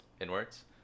Inwards